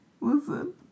Listen